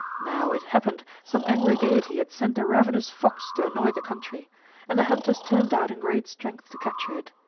now it happened some angry deity had sent a ravenous fox to annoy the country and the hunters turned out in great strength to capture it.